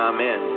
Amen